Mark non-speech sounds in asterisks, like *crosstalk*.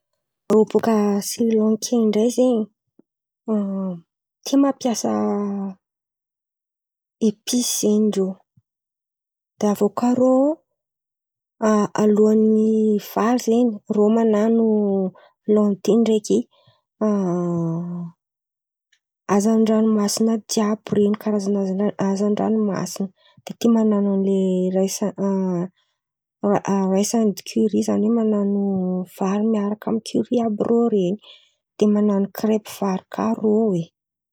Rô bòka Srilanky ndray zen̈y, *hesitation* tia mampiasa episy zen̈y rô. De aviô kà rô *hesitation* alohan'ny vary zen̈y rô manano lantihy ndreky *hesitation* hazan-dranomasina jiàby reny karazan̈a haza hazan-dranomasina. De tia manano an'ilay raìsy *hesitation* raìsy andy kirÿ zany oe manano vary miaraka amin'ny kirÿ àby rô reny. De manano krepo vary kà rô oe.